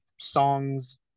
songs